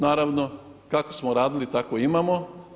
Naravno, kako smo uradili, tako i imamo.